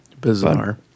Bizarre